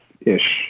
ish